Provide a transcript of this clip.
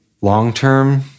long-term